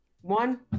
one